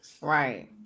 Right